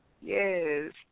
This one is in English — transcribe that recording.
Yes